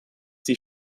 sie